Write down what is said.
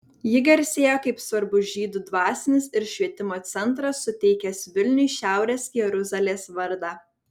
ji garsėjo kaip svarbus žydų dvasinis ir švietimo centras suteikęs vilniui šiaurės jeruzalės vardą